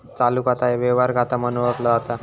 चालू खाता ह्या व्यवहार खाता म्हणून ओळखला जाता